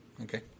okay